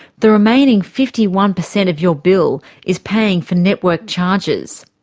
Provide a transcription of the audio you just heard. the remaining fifty one percent of your bill is paying for network charges.